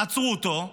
עצרו אותו,